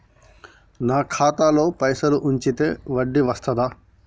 నాకు ఖాతాలో పైసలు ఉంచితే వడ్డీ వస్తదా?